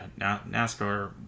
NASCAR